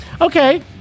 okay